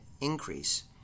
increase